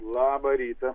labą rytą